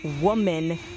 woman